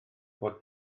bod